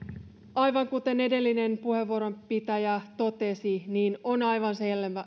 aivan kuten edellinen puheenvuoron pitäjä totesi on aivan